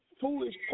foolish